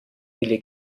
viele